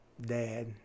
dad